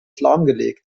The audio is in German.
lahmgelegt